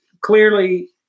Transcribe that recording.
Clearly